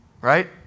right